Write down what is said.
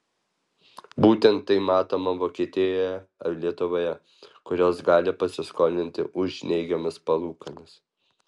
būtent tai matoma vokietijoje ar lietuvoje kurios gali pasiskolinti už neigiamas palūkanas